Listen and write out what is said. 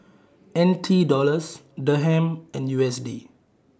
N T Dollars Dirham and U S D